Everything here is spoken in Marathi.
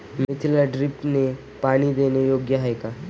मेथीला ड्रिपने पाणी देणे योग्य आहे का?